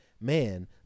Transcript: man